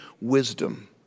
wisdom